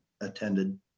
attended